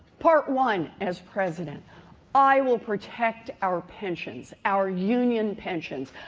part one as president i will protect our pensions our union pensions.